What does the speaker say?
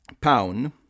Pound